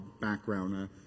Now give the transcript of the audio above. background